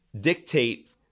dictate